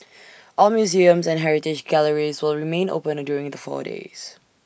all museums and heritage galleries will remain open during the four days